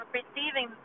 receiving